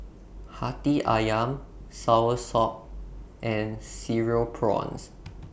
Hati Ayam Soursop and Cereal Prawns